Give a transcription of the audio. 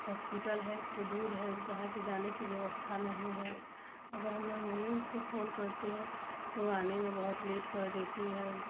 hospital है तो दूर है जहाँ कि जाने की व्यवस्था नहीं है अगर हम एम्बुलेंस को फोन करते हैं तो आने में बहुत लेट कर देती है